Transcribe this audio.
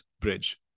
bridge